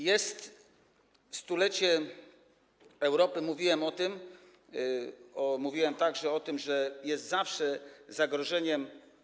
Jest stulecie Europy, mówiłem o tym, mówiłem także o tym, że jest zawsze zagrożeniem.